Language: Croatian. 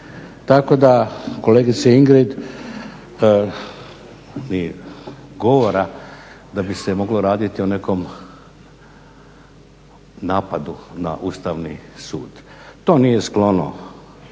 Tako da kolegice Ingrid ni govora da bi se moglo raditi o nekom napadu na Ustavni sud. To nije sklono